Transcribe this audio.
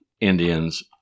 Indians